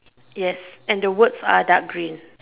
yes and words are dark green